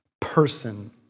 person